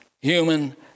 human